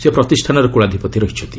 ସେ ପ୍ରତିଷ୍ଠାନର କୁଳାଧିପତି ରହିଛନ୍ତି